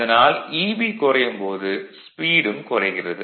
அதனால் Eb குறையும் போது ஸ்பீடும் குறைகிறது